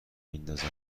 میاندازند